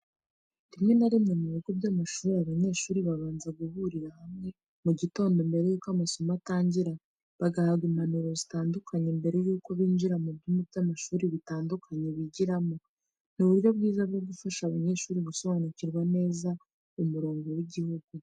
Rimwe na rimwe ku bigo by'amashuri abanyeshuri babanza guhurira hamwe mu gitondo mbere y'uko amasomo atangira bagahabwa impanuro zitandukanye mbere y'uko binjira mu byumba by'amashuri bitandukanye bigiramo. Ni uburyo bwiza bwo gufasha abanyeshuri gusobanukirwa neza umurongo w'igihugu.